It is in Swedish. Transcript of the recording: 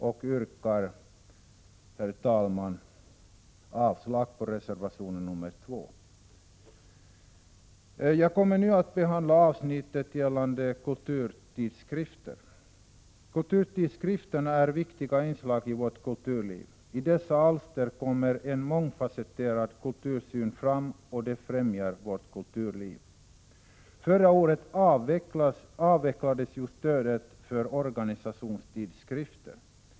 Jag yrkar, herr talman, avslag på reservation nr 2. Jag kommer nu att behandla avsnittet om kulturtidskrifter. Kulturtidskrifterna är viktiga inslag i vårt kulturliv. I dessa alster kommer en mångfasetterad kultursyn fram, och det främjar vårt kulturliv. Förra året avvecklades ju stödet för organisationstidskrifter.